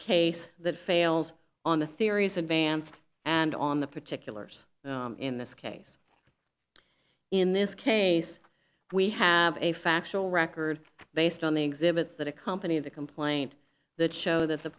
a case that fails on the theories advanced and on the particulars in this case in this case we have a factual record based on the exhibits that accompany of the complaint that show that the